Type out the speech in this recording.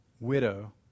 widow